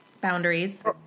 boundaries